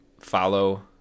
Follow